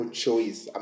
choice